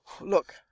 look